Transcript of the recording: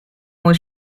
was